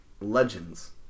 legends